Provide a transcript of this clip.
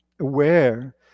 aware